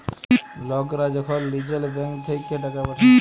লকরা যখল লিজের ব্যাংক থ্যাইকে টাকা পাঠায়